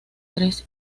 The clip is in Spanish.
tres